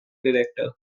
director